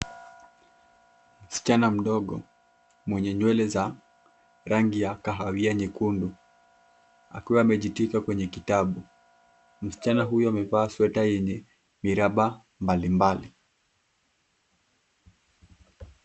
Msichana mdogo mwenye nywele za rangi ya kahawia nyekundu akiwa amejikita kwenye kitabu. Msichana huyo amevaa sweta yenye miraba mbalimbali.